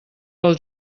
pel